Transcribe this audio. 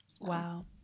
Wow